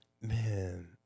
Man